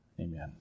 Amen